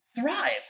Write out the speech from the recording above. thrive